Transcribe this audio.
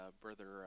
brother